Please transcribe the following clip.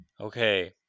Okay